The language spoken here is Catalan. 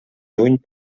juny